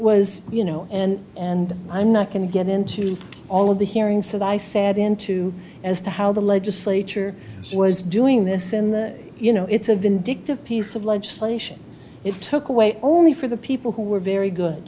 was you know and and i'm not going to get into all of the hearings that i said into as to how the legislature was doing this in the you know it's a vindictive piece of legislation it took away only for the people who were very good